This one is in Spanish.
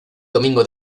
domingo